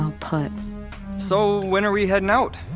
um put so when are we heading out?